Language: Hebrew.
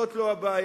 זו לא הבעיה.